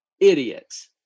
idiots